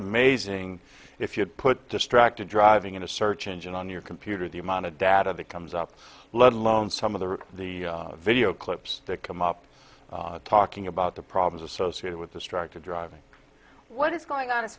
amazing if you put distracted driving in a search engine on your computer the amount of data that comes up let alone some of the the video clips that come up talking about the problems associated with distracted driving what is going on as